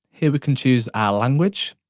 here we can choose our language.